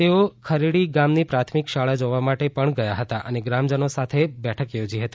તેઓ ખરેડી ગામની પ્રાથમિક શાળા જોવા માટે પણ ગયા હતા અને ગ્રામજનો સાથે બેઠક યોજી હતી